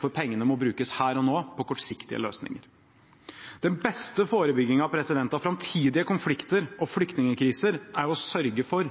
for pengene må brukes her og nå på kortsiktige løsninger. Den beste forebyggingen av framtidige konflikter og flyktningkriser er å sørge for